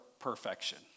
Perfection